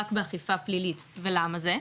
רק באכיפה פלילית ולמה זה?